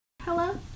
hello